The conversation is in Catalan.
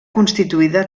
constituïda